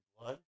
blood